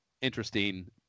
interesting